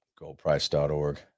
goldprice.org